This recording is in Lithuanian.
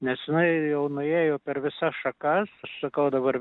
nes jinai jau nuėjo per visas šakas aš sakau dabar